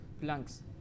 Planks